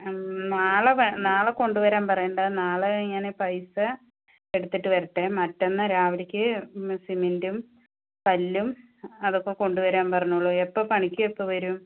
നാളെ വെ നാളെ കൊണ്ട് വരാൻ പറയണ്ട നാളെ ഇങ്ങനെ പൈസാ എടുത്തിട്ട് വരട്ടെ മറ്റെന്നാൽ രാവിലേക്ക് സിമെന്റും കല്ലും അതൊക്കെ കൊണ്ട് വെരാൻ പറഞ്ഞോളു എപ്പം പണിക്ക് പണിക്ക് എപ്പം വരും